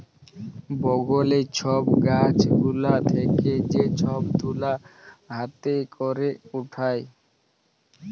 বগলে ছট গাছ গুলা থেক্যে যে সব তুলা হাতে ক্যরে উঠায়